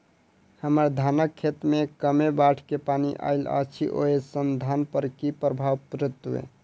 हम्मर धानक खेत मे कमे बाढ़ केँ पानि आइल अछि, ओय सँ धान पर की प्रभाव पड़तै?